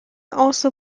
also